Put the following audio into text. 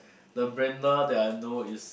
the blender that I know is